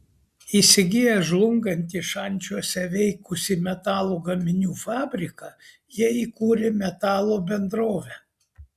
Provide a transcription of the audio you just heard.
įsigiję žlungantį šančiuose veikusį metalo gaminių fabriką jie įkūrė metalo bendrovę